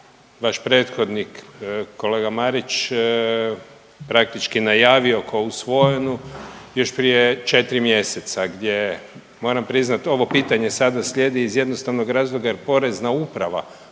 vaš prethodnik kolega Marić praktički najavio kao usvojenu još prije 4 mjeseca, gdje moram priznati ovo pitanje sada slijedi iz jednostavnog razloga jer Porezna uprava